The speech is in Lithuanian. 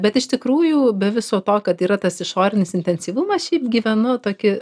bet iš tikrųjų be viso to kad yra tas išorinis intensyvumas šiaip gyvenu tokį